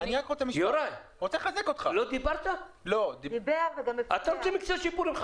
יוראי, אתה רוצה מקצה שיפורים.